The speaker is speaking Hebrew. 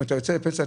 אם אתה יוצא לפנסיה,